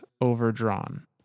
overdrawn